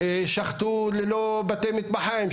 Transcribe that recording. שחטו ללא בתי מטבחיים,